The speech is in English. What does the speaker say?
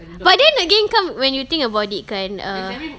but then again kan when you think about it kan err